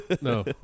no